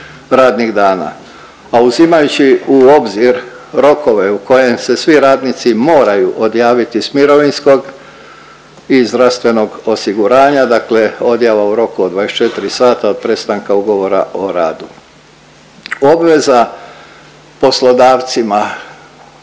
radnih dana, a uzimajući u obzir rokove u kojem se svi radnici moraju odjaviti s mirovinskog i zdravstvenog osiguranja, dakle odjava u roku od 24 sata od prestanka ugovora o radu. Obveza poslodavcima